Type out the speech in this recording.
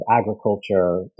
agriculture